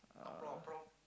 uh